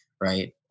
right